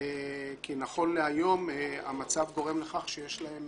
כי נכון להיום המצב גורם לכך שיש להם